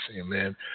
amen